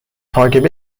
کاگب